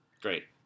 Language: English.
Great